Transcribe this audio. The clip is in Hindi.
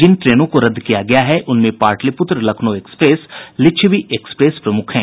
जिन ट्रेनों को रद्द किया गया है उनमें पाटलिपुत्र लखनऊ एक्सप्रेस और लिच्छिवी एक्सप्रेस प्रमुख हैं